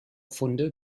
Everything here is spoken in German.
funde